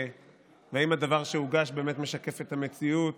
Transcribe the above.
ואם הדבר שהוגש באמת משקף את המציאות.